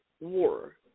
war